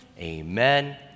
amen